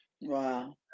Wow